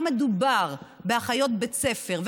מדובר באחיות בית ספר,